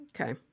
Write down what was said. Okay